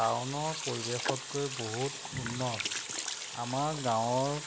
টাউনৰ পৰিৱেশতকৈ বহুত উন্নত আমাৰ গাঁৱৰ